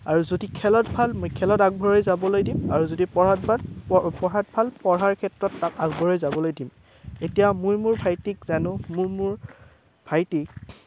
আৰু যদি খেলত ভাল মই খেলত আগবঢ়াই লৈ যাবলৈ দিম আৰু যদি পঢ়াত ভাল পঢ়াত ভাল পঢ়াৰ ক্ষেত্ৰত তাত আগবঢ়াই যাবলৈ দিম এতিয়া মই মোৰ ভাইটিক জানো মই মোৰ ভাইটিক